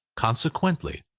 consequently,